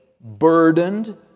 burdened